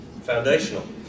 foundational